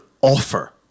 offer